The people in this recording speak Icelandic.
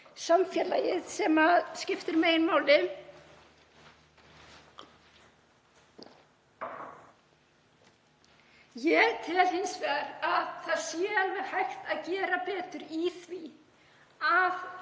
samfélagið sem skiptir meginmáli. Ég tel hins vegar að það sé alveg hægt að gera betur í því að